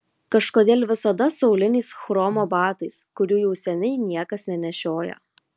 kažkodėl visada su auliniais chromo batais kurių jau seniai niekas nenešioja